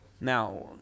Now